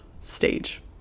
stage